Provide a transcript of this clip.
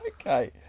Okay